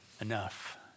Enough